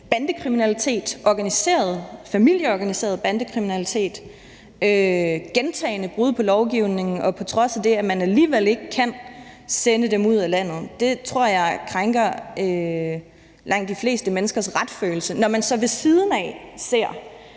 bandekriminalitet, familieorganiseret bandekriminalitet, gentagne brud på lovgivningen, og på trods af det kan man alligevel ikke sende dem ud af landet. Det tror jeg krænker langt de fleste menneskers retsfølelse, når man ved siden af ser